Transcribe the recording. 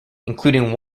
including